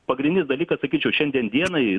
pagrindinis dalykas sakyčiau šiandien dienai